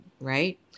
Right